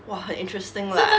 !wah! 很 interesting leh